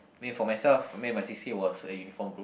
mean for myself I mean my c_c_a was a uniform group